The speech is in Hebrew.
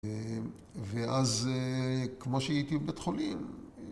אהם... ואז, כמו שהייתי בבית חולים,